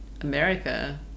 America